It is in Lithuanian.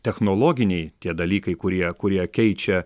technologiniai tie dalykai kurie kurie keičia